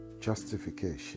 justification